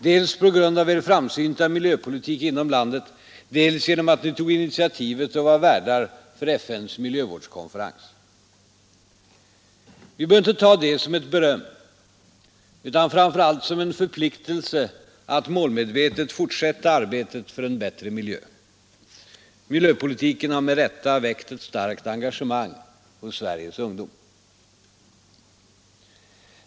Dels på grund av er framsynta miljöpolitik inom landet, dels genom att ni tog initiativet och var värdar för FN:s Vi bör inte ta det som ett beröm utan framför allt som en förpliktelse att målmedvetet fortsätta arbetet för en bättre miljö. Miljöpolitiken har med rätta väckt ett starkt engagemang hos Sveriges ungdom.